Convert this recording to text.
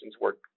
work